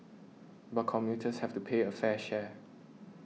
but commuters have to pay a fair share